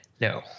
No